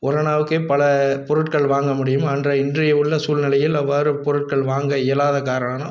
ஒரணாவுக்கு பல பொருட்கள் வாங்க முடியும் அன்றே இன்றைய உள்ள சூழ்நிலையில் அவ்வாறு பொருட்கள் வாங்க இயலாத காரணம்